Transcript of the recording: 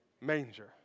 Manger